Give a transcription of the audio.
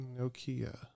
Nokia